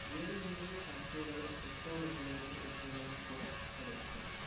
ಗೇರು ಬೀಜದ ಫ್ಯಾಕ್ಟ್ರಿಗಳು ಎಷ್ಟೋ ಮಹಿಳೆಯರಿಗೆ ಉದ್ಯೋಗವನ್ನು ಕೂಡ ಒದಗಿಸಿದೆ